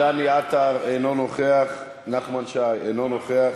דני עטר, אינו נוכח, נחמן שי, אינו נוכח,